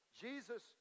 Jesus